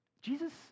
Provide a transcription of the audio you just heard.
Jesus